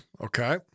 Okay